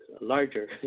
larger